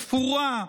תפורה,